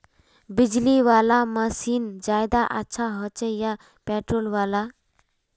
बिजली वाला मशीन ज्यादा अच्छा होचे या पेट्रोल वाला?